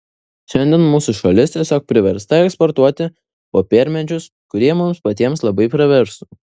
šiandien mūsų šalis tiesiog priversta eksportuoti popiermedžius kurie mums patiems labai praverstų